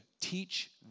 teach